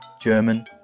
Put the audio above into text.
German